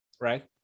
right